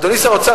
אדוני שר האוצר,